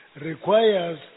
requires